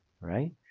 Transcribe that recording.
right